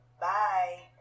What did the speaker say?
bye